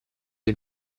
del